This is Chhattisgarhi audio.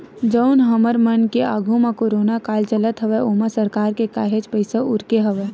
जउन हमर मन के आघू म कोरोना काल चलत हवय ओमा सरकार के काहेच पइसा उरके हवय